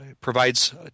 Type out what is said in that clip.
provides